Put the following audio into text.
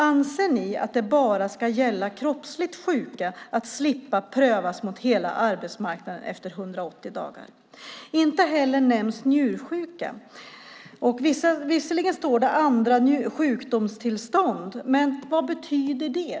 Anser ni att det bara ska gälla kroppsligt sjuka att slippa prövas mot hela arbetsmarknaden efter 180 dagar? Inte heller nämns njursjuka. Visserligen står det "andra sjukdomstillstånd", men vad betyder det?